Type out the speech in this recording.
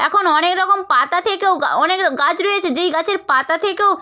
এখন অনেক রকম পাতা থেকেও গা অনেক গাছ রয়েছে যেই গাছের পাতা থেকেও